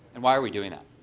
and why are we doing that?